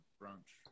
brunch